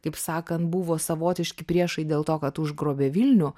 kaip sakant buvo savotiški priešai dėl to kad užgrobė vilnių